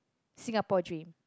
Singapore dream